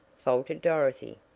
faltered dorothy.